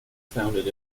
founded